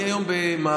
אני היום במאבק,